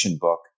book